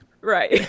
Right